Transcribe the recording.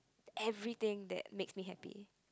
everything that makes me happy